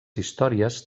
històries